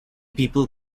people